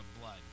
blood